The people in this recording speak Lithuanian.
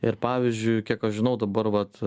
ir pavyzdžiui kiek aš žinau dabar vat